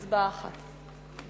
הצבעה אחת.